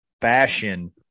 fashion